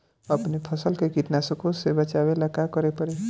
अपने फसल के कीटनाशको से बचावेला का करे परी?